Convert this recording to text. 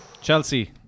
Chelsea